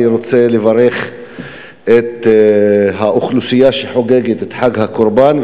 אני רוצה לברך את האוכלוסייה שחוגגת את חג הקורבן,